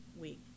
Week